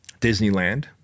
Disneyland